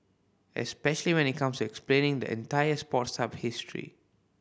especially when it comes explaining the entire Sports Hub story